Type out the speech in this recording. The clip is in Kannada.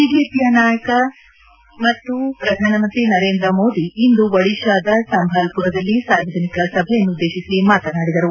ಬಿಜೆಪಿ ಹಿರಿಯ ನಾಯಕ ಮತ್ತು ಪ್ರಧಾನಮಂತ್ರಿ ನರೇಂದ್ರ ಮೋದಿ ಇಂದು ಒಡಿಶಾದ ಸಂಭಾಲ್ಪುರದಲ್ಲಿ ಸಾರ್ವಜನಿಕ ಸಭೆಯನ್ನುದ್ದೇಶಿಸಿ ಮಾತನಾಡಿದರು